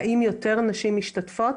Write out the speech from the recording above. האם יותר נשים משתתפות?